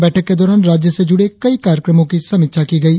बैठक के दौरान राज्य से जुड़े कई कार्यक्रम की समीक्षा की गई